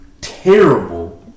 Terrible